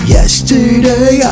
Yesterday